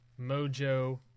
mojo